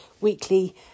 weekly